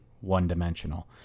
one-dimensional